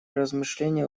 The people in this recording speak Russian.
размышления